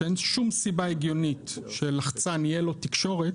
שאין שום סיבה הגיונית שלחצן תהיה לו תקשורת,